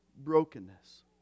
brokenness